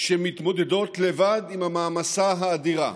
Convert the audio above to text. מתמודדות לבד עם המעמסה האדירה.